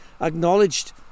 acknowledged